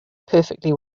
perfectly